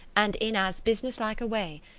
and in as businesslike a way,